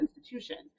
institutions